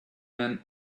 men